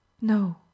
No